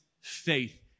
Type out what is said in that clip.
faith